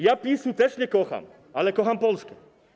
Ja PiS-u też nie kocham, ale kocham Polskę.